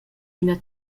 ina